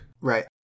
Right